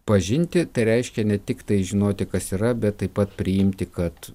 pažinti tai reiškia ne tiktai žinoti kas yra bet taip pat priimti kad